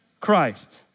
Christ